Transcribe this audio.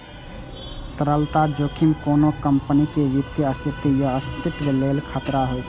तरलता जोखिम कोनो कंपनीक वित्तीय स्थिति या अस्तित्वक लेल खतरा होइ छै